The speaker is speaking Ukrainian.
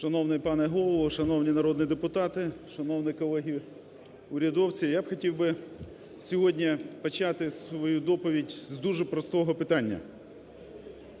Шановний пане Голово, шановні народні депутати, шановні колеги-урядовці, я хотів би сьогодні почати свою доповідь з дуже простого питання.